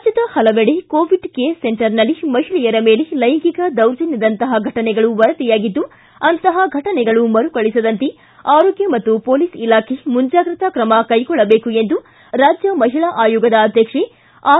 ರಾಜ್ಞದ ಹಲವೆಡೆ Covid care ಸೆಂಟರ್ನಲ್ಲಿ ಮಹಿಳೆಯರ ಮೇಲೆ ಲೈಂಗಿಕ ದೌರ್ಜನ್ಯದಂತಹ ಘಟನೆಗಳು ವರದಿಯಾಗಿದ್ದು ಅಂತಹ ಘಟನೆಗಳು ಮರುಕಳಿಸದಂತೆ ಆರೋಗ್ಯ ಮತ್ತು ಪೊಲೀಸ್ ಇಲಾಖೆ ಮುಂಜಾಗ್ರತಾ ಕ್ರಮ ಕೈಗೊಳ್ಳಬೇಕು ಎಂದು ರಾಜ್ಯ ಮಹಿಳಾ ಆಯೋಗದ ಅಧ್ಯಕ್ಷೆ ಆರ್